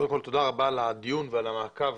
קודם כל, תודה רבה על הדיון ועל המעקב